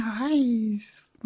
nice